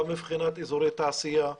גם מבחינת אזורי תעשייה,